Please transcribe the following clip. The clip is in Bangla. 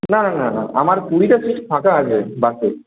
না না না না আমার কুড়িটা সিট ফাঁকা আছে বাসে